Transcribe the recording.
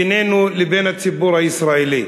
בינינו לבין הציבור הישראלי,